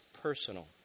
personal